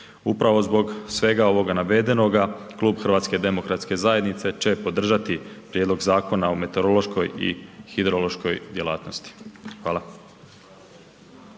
Upravo zbog svega ovoga navedenoga Klub HDZ-a će podržati prijedlog Zakona o meteorološkoj i hidrološkoj djelatnosti. Hvala.